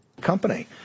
Company